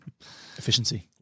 Efficiency